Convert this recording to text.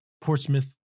Portsmouth